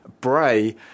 bray